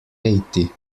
eighty